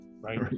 Right